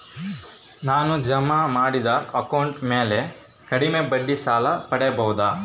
ನಾನು ಜಮಾ ಮಾಡಿದ ಅಕೌಂಟ್ ಮ್ಯಾಲೆ ಕಡಿಮೆ ಬಡ್ಡಿಗೆ ಸಾಲ ಪಡೇಬೋದಾ?